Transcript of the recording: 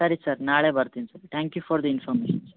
ಸರಿ ಸರ್ ನಾಳೆ ಬರ್ತೀನಿ sir thank you for the information sir